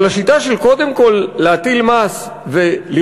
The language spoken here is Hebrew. אבל השיטה של קודם כול להטיל מס ובעתיד